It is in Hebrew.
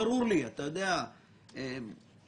למרות מה שמר ברקת אומר שאין דרך לבדוק את זה,